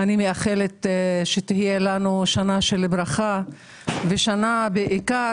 אני מאחלת שתהיה לנו שנה של ברכה ושנה בעיקר